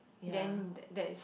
then that that is